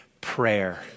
prayer